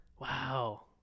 Wow